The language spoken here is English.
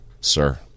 sir